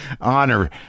honor